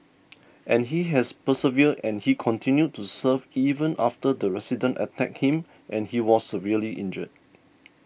and he has persevered and he continued to serve even after the resident attacked him and he was severely injured